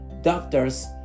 Doctors